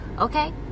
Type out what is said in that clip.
okay